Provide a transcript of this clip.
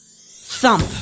Thump